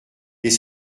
est